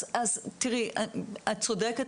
את צודקת,